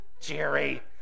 Jerry